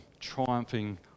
triumphing